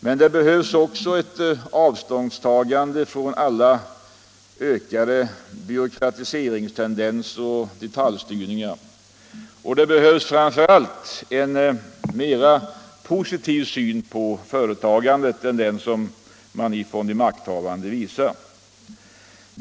Men det behövs också ett avståndstagande från alla ökade byråkratiseringstendenser och detaljstyrningar. Och det behövs framför allt en mer positiv syn på företagandet än den som man från de makthavande visar.